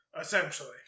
essentially